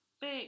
big